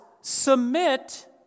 submit